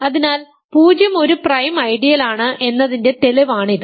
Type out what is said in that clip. അതിനാൽ 0 ഒരു പ്രൈം ഐഡിയലാണ് എന്നതിന്റെ തെളിവാണ് ഇത്